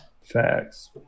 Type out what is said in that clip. Facts